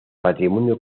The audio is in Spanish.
patrimonio